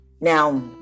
Now